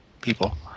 people